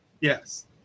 Yes